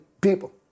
people